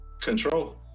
Control